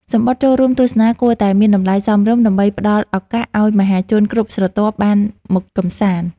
សំបុត្រចូលរួមទស្សនាគួរតែមានតម្លៃសមរម្យដើម្បីផ្ដល់ឱកាសឱ្យមហាជនគ្រប់ស្រទាប់បានមកកម្សាន្ត។